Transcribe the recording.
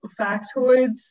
factoids